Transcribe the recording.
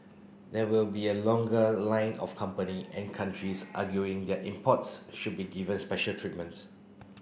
there will be a longer line of company and countries arguing their imports should be given special treatments